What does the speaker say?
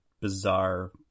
bizarre